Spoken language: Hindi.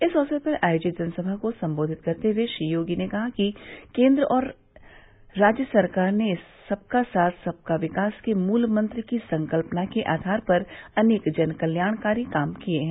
इस अवसर पर आयोजित जनसभा को सम्बोधित करते हुए श्री योगी ने कहा कि केन्द्र और राज्य सरकार ने सबका साथ सबका विकास के मूलमंत्र की संकल्पना के आधार पर अनेक जनकल्याणकारी काम किये हैं